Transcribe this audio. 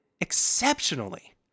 exceptionally